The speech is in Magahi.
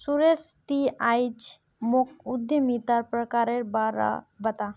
सुरेश ती आइज मोक उद्यमितार प्रकारेर बा र बता